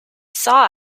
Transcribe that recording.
saw